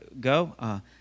go